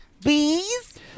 Bees